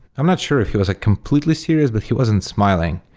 i'm not sure if he was completely serious, but he wasn't smiling.